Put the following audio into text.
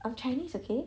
I'm chinese okay